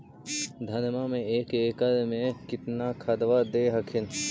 धनमा मे एक एकड़ मे कितना खदबा दे हखिन?